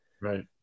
right